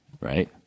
Right